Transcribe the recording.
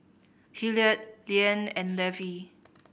Hilliard Liane and Levy